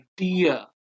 idea